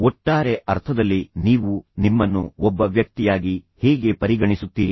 ಒಟ್ಟಾರೆ ಅರ್ಥದಲ್ಲಿ ನೀವು ನಿಮ್ಮನ್ನು ಒಬ್ಬ ವ್ಯಕ್ತಿಯಾಗಿ ಹೇಗೆ ಪರಿಗಣಿಸುತ್ತೀರಿ